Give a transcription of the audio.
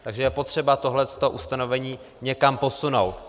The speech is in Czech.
Takže je potřeba tohle ustanovení někam posunout.